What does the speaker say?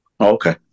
okay